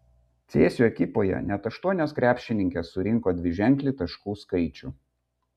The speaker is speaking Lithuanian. cėsių ekipoje net aštuonios krepšininkės surinko dviženklį taškų skaičių